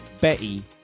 Betty